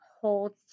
holds